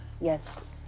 Yes